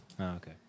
Okay